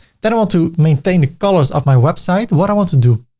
then i want to maintain the colors of my website. what i want to do.